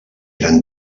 eren